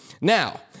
Now